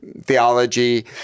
theology